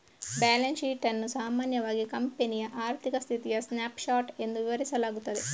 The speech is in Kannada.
ಬ್ಯಾಲೆನ್ಸ್ ಶೀಟ್ ಅನ್ನು ಸಾಮಾನ್ಯವಾಗಿ ಕಂಪನಿಯ ಆರ್ಥಿಕ ಸ್ಥಿತಿಯ ಸ್ನ್ಯಾಪ್ ಶಾಟ್ ಎಂದು ವಿವರಿಸಲಾಗುತ್ತದೆ